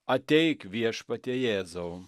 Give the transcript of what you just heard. ateik viešpatie jėzau